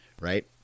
right